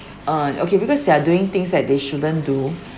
uh okay because they are doing things that they shouldn't do